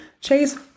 Chase